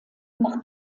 nach